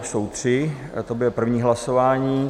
Jsou tři, to bude první hlasování.